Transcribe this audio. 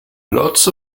lots